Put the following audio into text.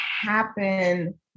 happen